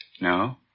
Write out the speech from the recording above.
No